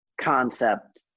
concept